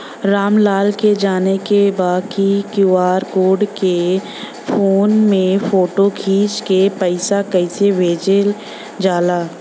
राम लाल के जाने के बा की क्यू.आर कोड के फोन में फोटो खींच के पैसा कैसे भेजे जाला?